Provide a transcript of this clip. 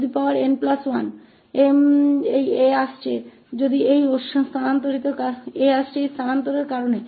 ssan1 यह 𝑎 वहां इस बदलाव के कारण आ रहा है